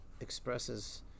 expresses